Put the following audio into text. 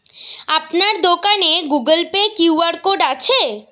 আপনার দোকানে Google Pay QR code আছে?